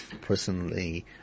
personally